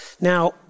Now